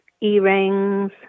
earrings